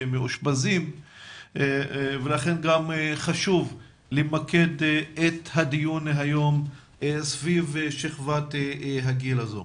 מאושפזים ולכן גם חשוב למקד את הדיון היום סביב שכבת הגיל הזו.